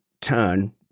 turn